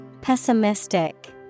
Pessimistic